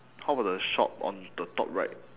how about the shop on the top right